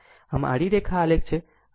આમ કે આ આડી રેખા આલેખ છે